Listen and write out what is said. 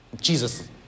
Jesus